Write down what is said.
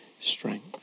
strength